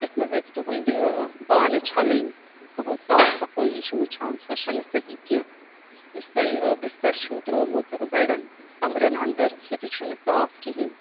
یتھ مَنٛز ٲسۍ تُہنٛدۍ ٲں بانہٕ چھَلٕنۍ تُہنٛز صاف صَفٲیی چھِ وُچھان سۄ چھَنہِ صحیٖح کیٚنٛہہ یُس تۄہہِ ٲں بستر چھُو ترٛومُت بیٚڈَن کَمرَن انٛدر سُہ تہِ چھُنہٕ صاف کِہیٖنۍ